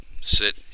sit